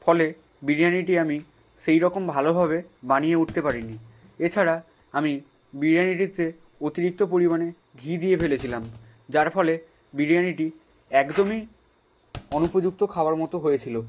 ফলে বিরিয়ানিটি আমি সেইরকম ভালোভাবে বানিয়ে উঠতে পারি নি এছাড়া আমি বিরিয়ানিটিতে অতিরিক্ত পরিমানে ঘি দিয়ে ফেলেছিলাম যার ফলে বিরিয়ানিটি একদমই অনুপযুক্ত খাবার মতো হয়েছিলো